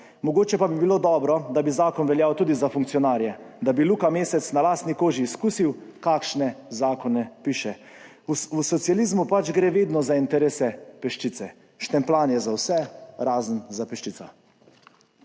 Mogoče pa bi bilo dobro, da bi zakon veljal tudi za funkcionarje, da bi Luka Mesec na lastni koži izkusil, kakšne zakone piše. V socializmu pač gre vedno za interese peščice, štempljanje za vse, razen za 12.